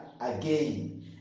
again